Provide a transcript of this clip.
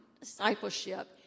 discipleship